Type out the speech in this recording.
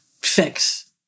fix